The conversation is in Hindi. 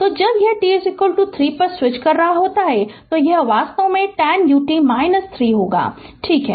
तो जब यह t 3 पर स्विच कर रहा होता है तो यह वास्तव में 10 ut 3 होगा ठीक है